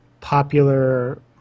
popular